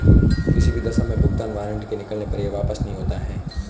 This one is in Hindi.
किसी भी दशा में भुगतान वारन्ट के निकलने पर यह वापस नहीं होता है